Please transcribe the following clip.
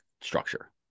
structure